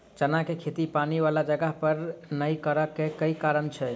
चना केँ खेती पानि वला जगह पर नै करऽ केँ के कारण छै?